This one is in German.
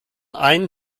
ein